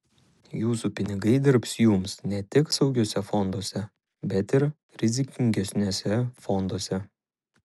jūsų pinigai dirbs jums ne tik saugiuose fonduose bet ir rizikingesniuose fonduose